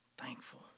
thankful